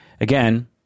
Again